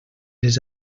les